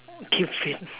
give in